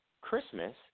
Christmas